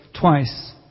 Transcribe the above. Twice